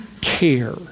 care